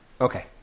Okay